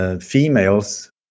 females